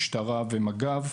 משטרה ומג"ב.